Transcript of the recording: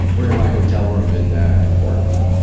we're in my hotel room and in portland.